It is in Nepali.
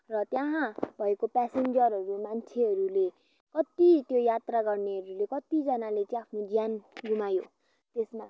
र त्यहाँ भएको प्यासेन्जरहरू मान्छेहरूले कति त्यो यात्रा गर्नेहरूले कतिजनाले चाहिँ आफ्नो ज्यान गुमायो त्यसमा